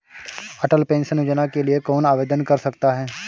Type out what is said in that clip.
अटल pension योजना के लिए कौन आवेदन कर सकता है?